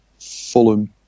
Fulham